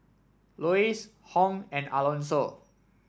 Lois Hung and Alonso